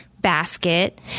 basket